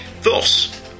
Thus